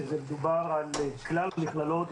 שזה מדובר על כלל המכללות,